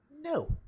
no